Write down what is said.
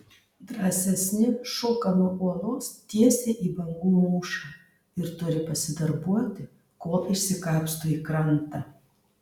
drąsesni šoka nuo uolos tiesiai į bangų mūšą ir turi pasidarbuoti kol išsikapsto į krantą